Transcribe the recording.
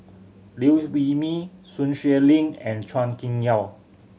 Liew Wee Mee Sun Xueling and Chua Kim Yeow